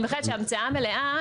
שהמצאה מלאה,